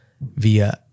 via